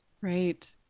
Right